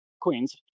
Queens